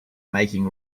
making